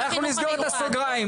אנחנו נסגור את הסוגריים,